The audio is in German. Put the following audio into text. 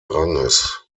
ranges